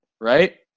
right